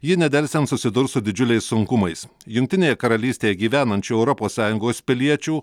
ji nedelsiant susidurs su didžiuliais sunkumais jungtinėje karalystėje gyvenančių europos sąjungos piliečių